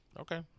Okay